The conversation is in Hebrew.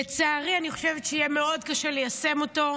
לצערי, אני חושבת שיהיה מאוד קשה ליישם אותו.